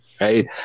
right